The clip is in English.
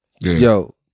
Yo